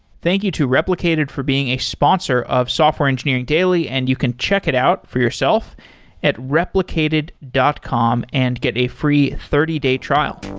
thank you to replicated for being a sponsor of software engineering daily, and you can check it out for yourself at replicated dot com and get a free thirty day trial